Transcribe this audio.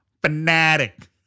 fanatic